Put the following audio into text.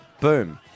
Boom